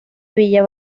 villa